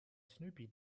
snoopy